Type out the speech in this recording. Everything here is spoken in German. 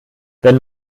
wenn